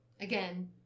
again